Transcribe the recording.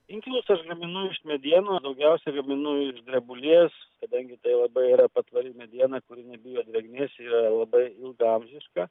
inkilus aš gaminu iš medienos daugiausia gaminu iš drebulės kadangi tai labai yra patvari mediena kuri nebijo drėgmės ir yra labai ilgaamžiška